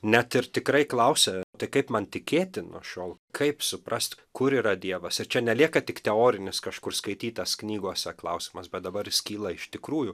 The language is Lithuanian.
net ir tikrai klausia tai kaip man tikėti nuo šiol kaip suprast kur yra dievas ir čia nelieka tik teorinis kažkur skaitytas knygose klausimas bet dabar jis kyla iš tikrųjų